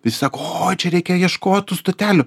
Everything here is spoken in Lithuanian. visi sako oi čia reikia ieškot tų stotelių